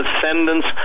descendants